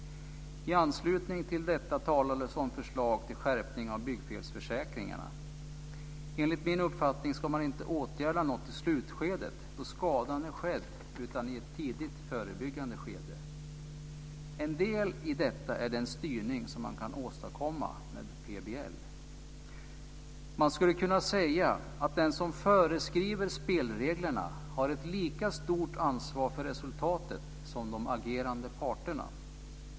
I anslutning till detta talades om förslag till skärpning av byggfelsförsäkringarna. Enligt min uppfattning ska man inte åtgärda något i slutskedet då skadan är skedd, utan i ett tidigt förebyggande skede. En del i detta är den styrning som man kan åstadkomma med PBL. Man skulle kunna säga att den som föreskriver spelreglerna har ett lika stort ansvar för resultatet som de agerande parterna.